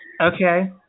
Okay